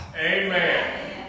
Amen